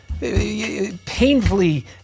painfully